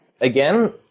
Again